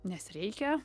nes reikia